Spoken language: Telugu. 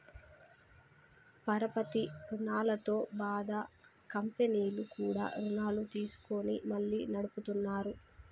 పరపతి రుణాలతో బాధ కంపెనీలు కూడా రుణాలు తీసుకొని మళ్లీ నడుపుతున్నార